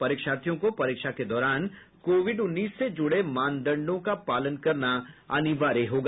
परीक्षार्थियों को परीक्षा के दौरान कोविड उन्नीस से जुड़े मानदंडों का पालन करना अनिवार्य होगा